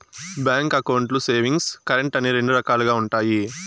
bank అకౌంట్లు savings, current అని రెండు రకాలుగా ఉంటాయి